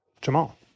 Jamal